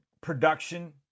production